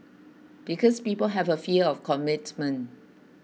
because people have a fear of commitment